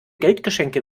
geldgeschenke